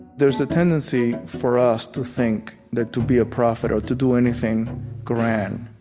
there's a tendency for us to think that to be a prophet or to do anything grand,